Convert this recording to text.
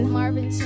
Marvin